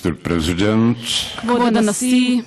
כבוד הנשיא,